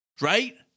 Right